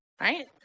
right